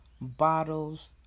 bottles